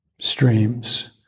Streams